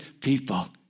people